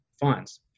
funds